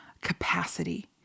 capacity